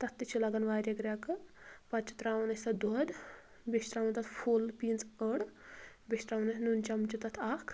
تتھ تہِ چھِ لگان وارِیاہ گرٛیٚکہٕ پتہٕ چھِ ترٛاوان أسۍ تتھ دۄدھ بیٚیہِ چھِ ترٛاوٕنۍ تَتھ فُل پٖینٛژ أڑ بیٚیہِ چھُ ترٛاوُن یَتھ نُنہٕ چمچہٕ تتھ اکھ